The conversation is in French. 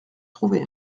trouver